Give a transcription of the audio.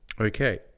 okay